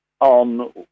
on